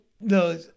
No